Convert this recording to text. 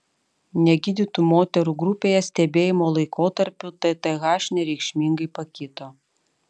negydytų moterų grupėje stebėjimo laikotarpiu tth nereikšmingai pakito